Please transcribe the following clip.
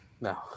No